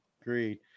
Agreed